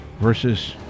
versus